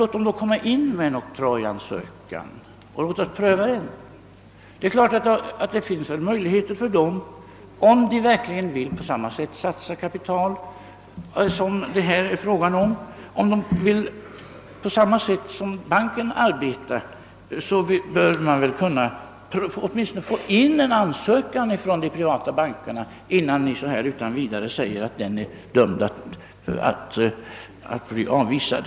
Låt dem då lämna in en oktrojansökan och låt oss pröva den! Det finns väl möjligheter för dem, om de verkligen vill satsa kapital. Om de vill arbeta på samma sätt som investeringsbanken bör vi åtminstone kunna få in en ansökan från de privata bankerna, innan ni utan vidare påstår att den är dömd att bli avvisad.